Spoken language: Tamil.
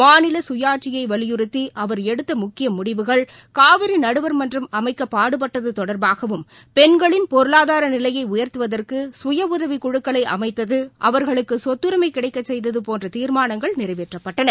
மாநிலசுயாட்சியைவலியுறுத்திஅவர் எடுத்தமுக்கியமுடிவுகள் காவிரிநடுவர்மன்றம் அமைக்கபாடுபட்டதுதொடர்பாகவும் பெண்களின் பொருளாதாரநிலையைஉயர்த்துவதற்கு சுய உதவிக் குழுக்களைஅமைத்தது அவர்களுக்குசொத்துரிமைகிடைக்கச் செய்ததுபோன்றதீர்மானங்கள் நிறைவேற்றப்பட்டன